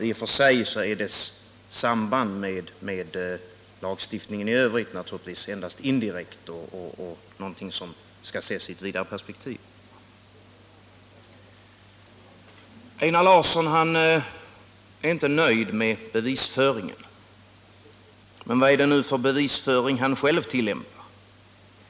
I och för sig har motionskravet endast ett indirekt samband med lagstiftningsärendet i övrigt och skall naturligtvis ses i ett vidare perspektiv. Einar Larsson är inte nöjd med min bevisföring. Men vad är det då för en bevisföring han själv tillämpar?